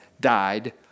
died